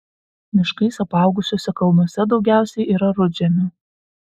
miškais apaugusiuose kalnuose daugiausiai yra rudžemių